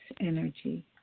energy